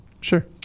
sure